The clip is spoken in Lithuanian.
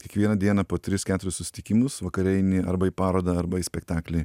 kiekvieną dieną po tris keturis susitikimus vakare eini arba į parodą arba į spektaklį